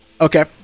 Okay